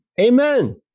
Amen